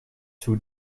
too